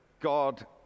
God